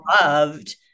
loved